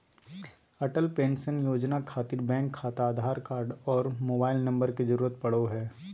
Atal pension योजना खातिर bank खाता आधार कार्ड आर मोबाइल नम्बर के जरूरत परो हय